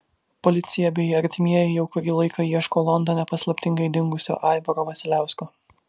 policija bei artimieji jau kurį laiką ieško londone paslaptingai dingusio aivaro vasiliausko